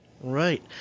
Right